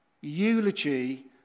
eulogy